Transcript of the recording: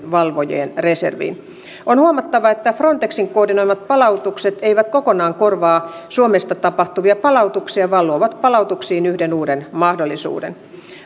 valvojien reserviin on huomattava että frontexin koordinoimat palautukset eivät kokonaan korvaa suomesta tapahtuvia palautuksia vaan luovat palautuksiin yhden uuden mahdollisuuden